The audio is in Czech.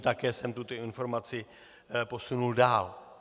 Také jsem tuto informaci posunul dál.